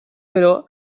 però